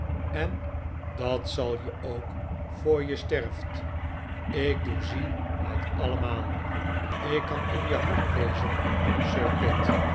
en dat zal je ook voor je sterft ik doorzie het allemaal ik kan in je hart lezen